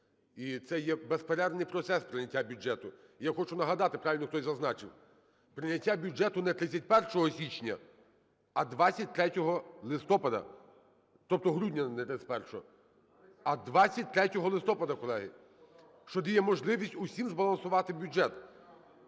і це є безперервний процес - прийняття бюджету. Я хочу нагадати, правильно хтось зазначив, прийняття бюджету не 31 січня, а 23 листопада, тобто не 31 грудня, а 23 листопада, колеги, що дає можливість усім збалансувати бюджет.